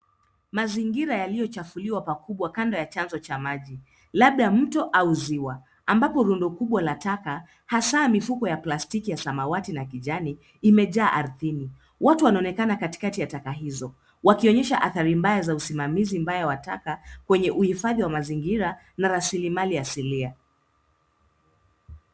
Mazingira yaliyochafuliwa pakubwa kando ya chanzo cha maji, labda mto au ziwa ambapo rundo kubwa la taka , hasa mifuko ya plastiki ya samawati na kijani imejaa ardhini. Watu wanaonekana katikati ya taka hizo wakionyesha athari mbaya za usimamizi mbaya wa taka kwenye uhifadhi wa mazingira na rasilimali asilia.